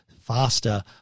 faster